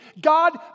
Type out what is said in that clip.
God